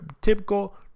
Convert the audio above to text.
typical